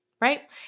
right